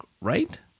right